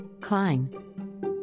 Klein